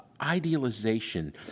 idealization